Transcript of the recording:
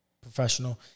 professional